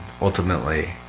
ultimately